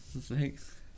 Thanks